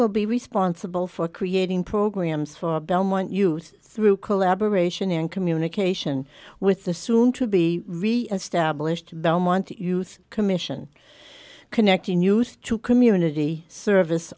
will be responsible for creating programs for belmont youth through collaboration and communication with the soon to be reestablished belmonte youth commission connecting used to community service